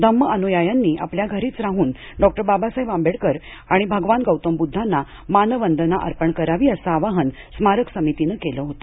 धम्मअनुयायांनी आपल्या घरीच राहून डॉक्टर बाबासाहेब आंबेडकर आणि भगवान गौतम बुद्धांना मानवंदना अर्पण करावी असं आवाहन स्मारक समितीन केलं होत